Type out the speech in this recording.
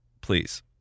Please